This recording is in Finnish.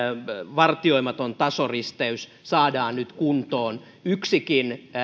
vartioimaton tasoristeys saadaan nyt kuntoon yksikin